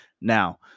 Now